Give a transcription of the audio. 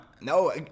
No